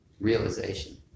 realization